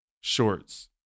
shorts